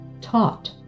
taught